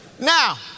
now